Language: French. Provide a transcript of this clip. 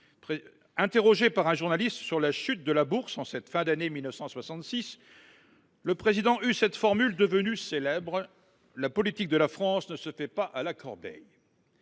Interrogé par un journaliste sur la chute de la bourse en cette fin d’année 1966, le président eut cette formule devenue célèbre :« La politique de la France ne se fait pas à la corbeille.